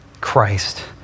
Christ